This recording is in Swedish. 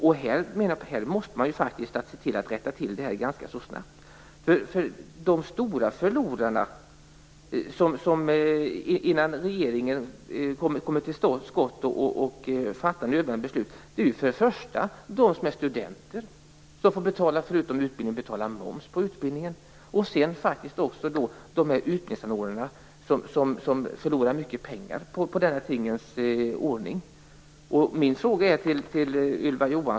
Regeringen måste se till att rätta till detta ganska snabbt, komma till skott och fatta nödvändiga beslut. De stora förlorarna i detta är för det första studenterna, som förutom själva utbildningen får betala moms på den, och för det andra utbildningsanordnarna, som förlorar mycket pengar på denna tingens ordning.